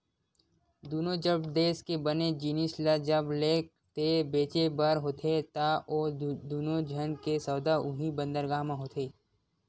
दुनों जब देस के बने जिनिस ल जब लेय ते बेचें बर होथे ता ओ दुनों झन के सौदा उहीं बंदरगाह म होथे